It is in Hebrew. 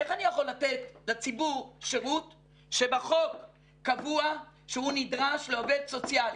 איך אני יכול לתת לציבור שירות כשבחוק קבוע שהוא נדרש לעובד סוציאלי?